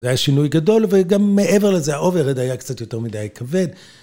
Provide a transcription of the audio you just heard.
זה היה שינוי גדול, וגם מעבר לזה, ה-overhead היה קצת יותר מדי כבד.